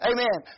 Amen